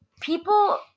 people